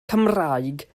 cymraeg